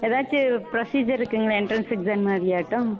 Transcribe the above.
ஏதாச்சு ப்ரோஸிஜர் இருக்குங்களா entrance exam மாதிரியாட்டம்